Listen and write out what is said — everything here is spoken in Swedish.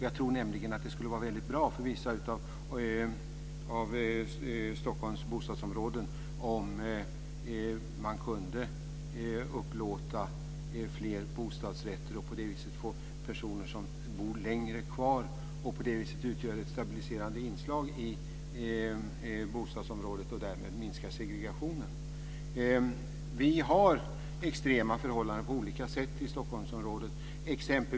Jag tror nämligen att det skulle vara väldigt bra för vissa av Stockholms bostadsområden, om man kunde upplåta fler bostadsrätter och på det viset få personer att bo kvar längre och utgöra ett stabiliserande inslag i bostadsområdet, varigenom segregationen minskar. Vi har på olika sätt extrema förhållanden i Stockholmsområdet.